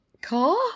car